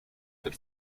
but